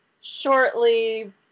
shortly